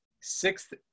Sixth